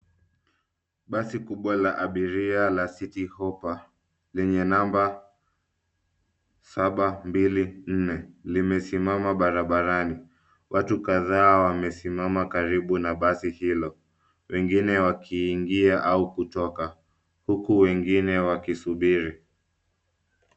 Basi kubwa la abiria la Citi Hoppa lenye namba 724 limesimama barabarani. Watu kadhaa wamesimama karibu na basi hilo, wengine wakiingia au kutoka, huku wengine wakisubiri.